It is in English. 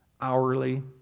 hourly